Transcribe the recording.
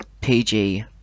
PG